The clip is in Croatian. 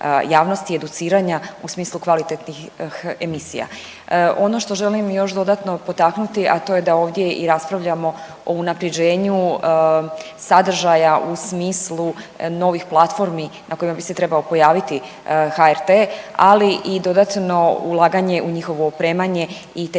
javnosti i educiranja u smislu kvalitetnih emisija. Ono što želim još dodatno potaknuti, a to da ovdje i raspravljamo o unaprjeđenju sadržaja u smislu novih platformi na kojima bi se trebao pojaviti HRT, ali i dodatno ulaganje u njihovo opremanje i tehnološki